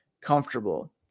comfortable